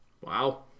Wow